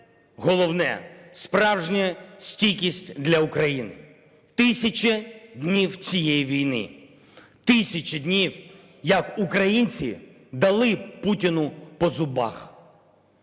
головне – справжня стійкість для України! 1000 днів цієї війни. 1000 днів, як українці дали Путіну по зубах.